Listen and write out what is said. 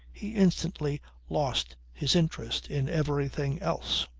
he instantly lost his interest in everything else.